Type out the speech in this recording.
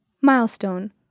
Milestone